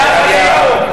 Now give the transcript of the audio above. בעיית הדיור?